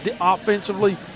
offensively